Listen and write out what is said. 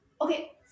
okay